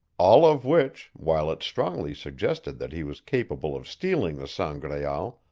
all of which, while it strongly suggested that he was capable of stealing the sangraal,